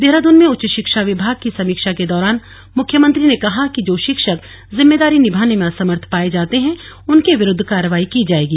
देहरादून में उच्च शिक्षा विभाग की समीक्षा के दौरान मुख्यमंत्री ने कहा कि जो शिक्षक जिम्मेदारी निभाने में असमर्थ पाये जाते हैं उनके विरुद्ध कार्रवाई की जाएगी